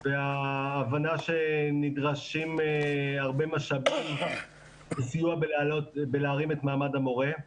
וההבנה שנדרשים הרבה משאבים וסיוע בלהרים את מעמד המורה,